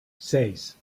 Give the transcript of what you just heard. seis